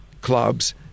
clubs